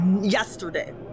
yesterday